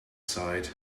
side